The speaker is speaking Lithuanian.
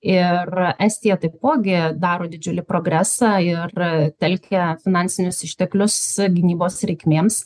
ir estija taipogi daro didžiulį progresą ir telkia finansinius išteklius gynybos reikmėms